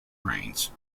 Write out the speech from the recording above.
rains